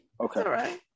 Okay